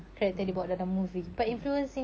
mmhmm mmhmm